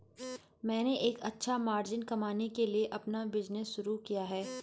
मैंने एक अच्छा मार्जिन कमाने के लिए अपना बिज़नेस शुरू किया है